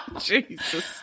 Jesus